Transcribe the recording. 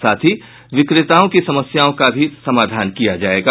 साथ ही विक्रेताओं की समस्याओं का भी समाधान किया जायेगा